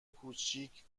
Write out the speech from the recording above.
کوچیک